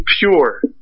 pure